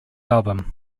album